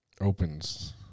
opens